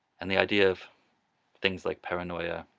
and the idea of things like paranoia,